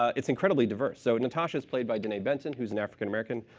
it's incredibly diverse. so natasha's played by denee benton, who's an african american.